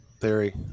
theory